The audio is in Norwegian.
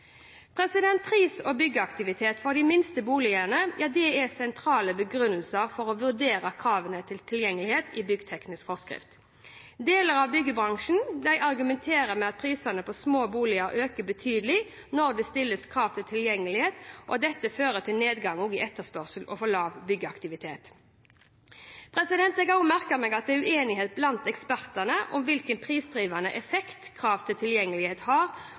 byggteknisk forskrift. Deler av byggebransjen argumenterer med at prisene på små boliger øker betydelig når det stilles krav til tilgjengelighet, og dette fører til nedgang i etterspørsel og for lav byggeaktivitet. Jeg har merket meg at det er uenighet blant ekspertene om hvilken prisdrivende effekt krav til tilgjengelighet har